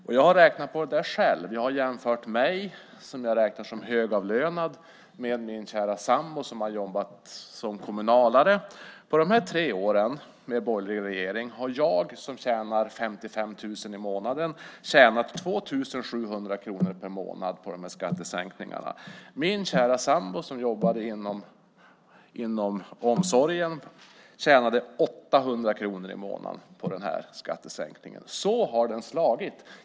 Jag har själv räknat på detta. Jag har jämfört mig, som jag räknar som högavlönad, med min kära sambo, som har jobbat som kommunalare. På de tre åren med en borgerlig regering har jag som tjänar 55 000 i månaden tjänat 2 700 kronor per månad på skattesänkningarna. Min kära sambo som jobbade inom omsorgen tjänade 800 kronor i månaden på skattesänkningen. Så har den slagit.